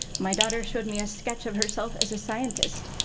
my daughter showed me a sketch of herself as a scientist.